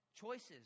choices